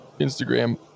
instagram